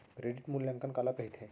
Credit मूल्यांकन काला कहिथे?